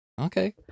Okay